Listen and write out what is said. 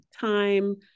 time